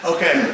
Okay